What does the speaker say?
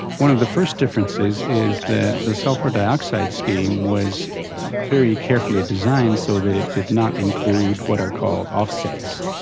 one of the first differences is that the sulphur dioxide scheme was very carefully designed so that it did not include what are called offsets,